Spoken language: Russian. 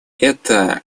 это